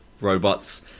robots